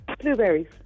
Blueberries